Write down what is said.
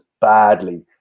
badly